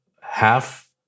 half